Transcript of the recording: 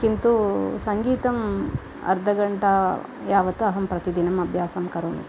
किन्तु सङ्गीतम् अर्धघण्टा यावत् अहं प्रतिदिनम् अभ्यासं करोमि